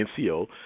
NCO